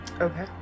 okay